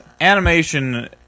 animation